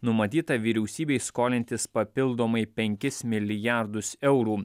numatyta vyriausybei skolintis papildomai penkis milijardus eurų